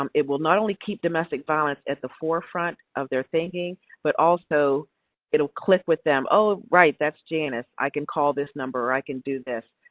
um it will not only keep domestic violence at the forefront of their thinking but also it'll click with them, oh, right, that's janice. i can call this number or i can do this.